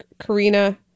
Karina